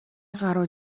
гаруй